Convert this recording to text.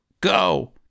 go